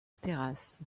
terrasses